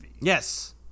Yes